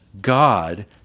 God